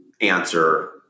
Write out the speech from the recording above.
answer